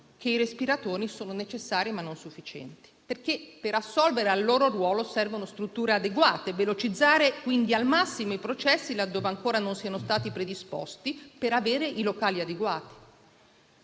che i respiratori sono necessari, ma non sufficienti, in quanto, perché assolvano al loro ruolo, servono strutture adeguate. Bisogna quindi velocizzare al massimo i processi, laddove ancora non siano stati predisposti, per avere i locali adeguati.